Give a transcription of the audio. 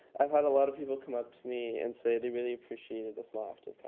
i had a lot of people come up to me and say they really appreciated the small act of